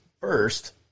first